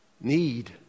need